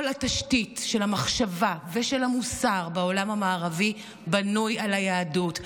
כל התשתית של המחשבה ושל המוסר בעולם המערבי בנויה על היהדות.